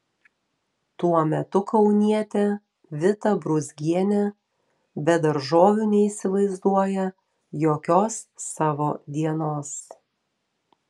tuo metu kaunietė vita brūzgienė be daržovių neįsivaizduoja jokios savo dienos